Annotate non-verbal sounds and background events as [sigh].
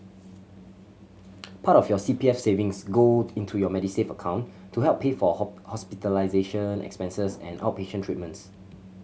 part of your C P F savings go into your Medisave account to help pay for [unintelligible] hospitalization expenses and outpatient treatments